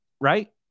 Right